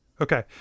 Okay